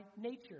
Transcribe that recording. nature